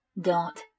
Dot